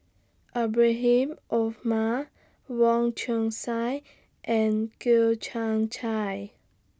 Ibrahim Omar Wong Chong Sai and Kian Chai